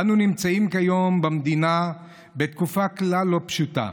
אנו נמצאים כיום במדינה בתקופה כלל לא פשוטה.